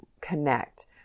connect